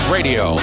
Radio